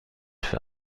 für